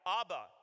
Abba